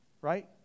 right